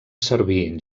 servir